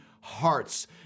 hearts